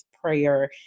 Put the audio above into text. prayer